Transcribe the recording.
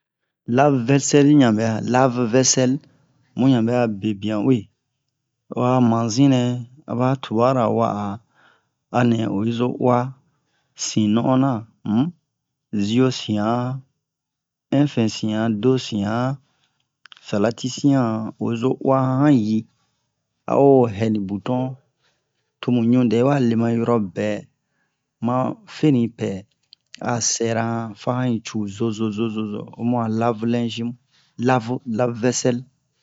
lave-vɛsɛli han bɛ'a lave-vɛsɛl mu han bɛ'a bebian uwe ho a manzi nɛ aba tuara ma'a anɛ oyi zo uwa si non'ona um zio sian infin sian do sian salati sian oyi zo uwa han han yi a'o hɛ ni buton tomu ɲu dɛ wale ma horo bɛ ma feni pɛ a sɛra yan fa han yi cu zozo zozo zo o mu'a lave-lingi mu lavu lave-vɛsɛl